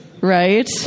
Right